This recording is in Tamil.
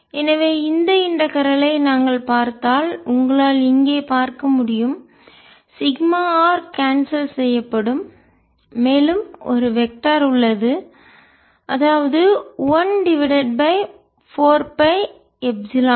எனவே இந்த இன்டகரல் ஐ ஒருங்கிணைப்பை நாங்கள் பார்த்தால் உங்களால் இங்கே பார்க்க முடியும் சிக்மா ஆர் கான்செல் செய்யப்படும் மேலும் ஒரு வெக்டர் உள்ளது அதாவது 1 டிவைடட் பை 4 பை எப்சிலன் 0